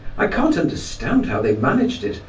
i can't understand how they managed it,